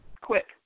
quick